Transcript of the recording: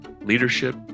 leadership